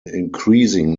increasing